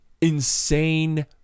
insane